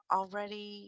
Already